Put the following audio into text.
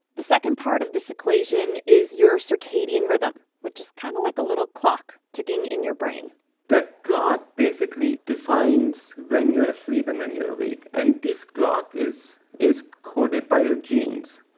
the second part of this equation is your circadian rhythm, which is kind of like a little clock ticking in your brain that clock basically defines when you're asleep and when you're awake, and this clock is is coded by your genes.